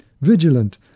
Vigilant